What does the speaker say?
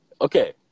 Okay